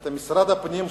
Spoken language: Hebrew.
את משרד הפנים,